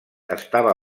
estava